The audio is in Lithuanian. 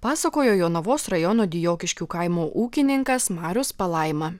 pasakojo jonavos rajono dijokiškių kaimo ūkininkas marius palaima